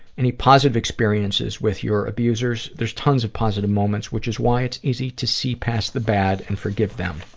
any positive experiences with your abusers? there's tons of positive moments, which is why it's easy to see past the bad and forgive them.